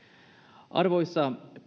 arvoisa